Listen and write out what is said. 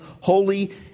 holy